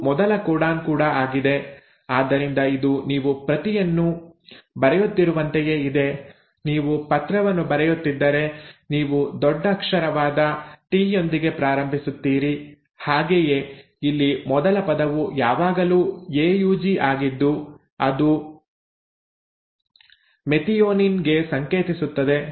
ಇದು ಮೊದಲ ಕೋಡಾನ್ ಕೂಡ ಆಗಿದೆ ಆದ್ದರಿಂದ ಇದು ನೀವು ಪ್ರತಿಯನ್ನು ಬರೆಯುತ್ತಿರುವಂತೆಯೇ ಇದೆ ನೀವು ಪತ್ರವನ್ನು ಬರೆಯುತ್ತಿದ್ದರೆ ನೀವು ದೊಡ್ಡಕ್ಷರವಾದ ಟಿ ಯೊಂದಿಗೆ ಪ್ರಾರಂಭಿಸುತ್ತೀರಿ ಹಾಗೆಯೇ ಇಲ್ಲಿ ಮೊದಲ ಪದವು ಯಾವಾಗಲೂ ಎಯುಜಿ ಆಗಿದ್ದು ಅದು ಮೆಥಿಯೋನಿನ್ ಗೆ ಸಂಕೇತಿಸುತ್ತದೆ